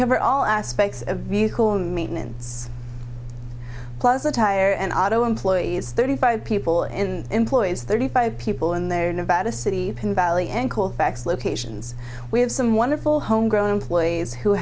cover all aspects of vehicle maintenance plus the tire and auto employees thirty five people in employees thirty five people in their nevada city in valley and colfax locations we have some wonderful homegrown employees who